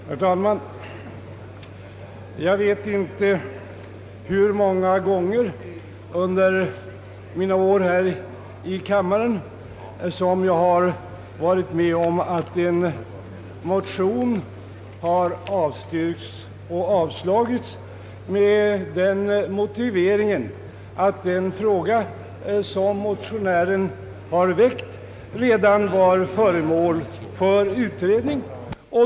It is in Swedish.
Herr talman! Jag vet nu inte hur många gånger under mina år här i kammaren som jag har varit med om att en motion har avstyrkis och avslagits med den motiveringen att den fråga som motionären har väckt redan var föremål för utredning.